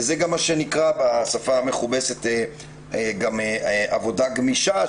וזה גם מה שנקרא בשפה המכובסת עבודה גמישה,